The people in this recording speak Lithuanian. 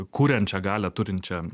kuriančią galią turinčią